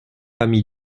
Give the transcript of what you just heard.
ami